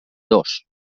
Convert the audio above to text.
dos